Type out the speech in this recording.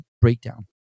breakdown